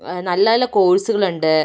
നല്ല നല്ല കോഴ്സുകളുണ്ട്